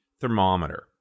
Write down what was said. thermometer